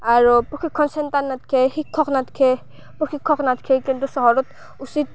আৰু প্ৰশিক্ষণ চেণ্টাৰ নাথকে শিক্ষক নাথকে প্ৰশিক্ষক নাথকে কিন্তু চহৰত উচিত